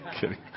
kidding